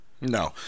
No